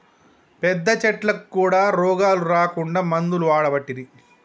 పెద్ద చెట్లకు కూడా రోగాలు రాకుండా మందులు వాడబట్టిరి